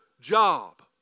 job